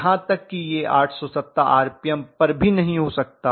यहां तक कि यह 870 आरपीएम पर भी नहीं हो सकता